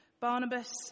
Barnabas